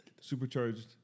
supercharged